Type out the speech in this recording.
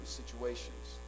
situations